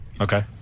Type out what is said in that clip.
Okay